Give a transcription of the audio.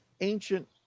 ancient